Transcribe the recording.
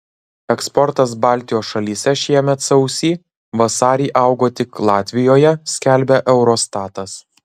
eksportas baltijos šalyse šiemet sausį vasarį augo tik latvijoje skelbia eurostatas